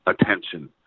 attention